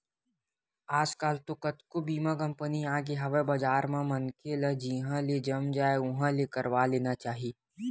आजकल तो कतको बीमा कंपनी आगे हवय बजार म मनखे ल जिहाँ ले जम जाय उहाँ ले करवा लेना चाही